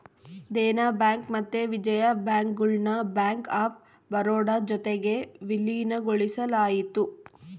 Dena bank ಮತ್ತೆ Vijaya bank ಗುಳ್ನ bank of Baroda ಜೊತಿಗೆ ವಿಲೀನಗೊಳಿಸಲಾಯಿತು